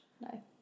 No